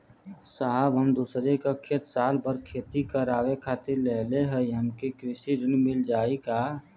साहब हम दूसरे क खेत साल भर खेती करावे खातिर लेहले हई हमके कृषि ऋण मिल जाई का?